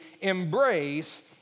embrace